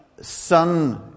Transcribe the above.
son